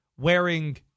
wearing